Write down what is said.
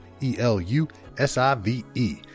E-L-U-S-I-V-E